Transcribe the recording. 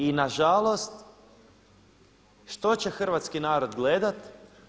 I nažalost, što će hrvatski narod gledati?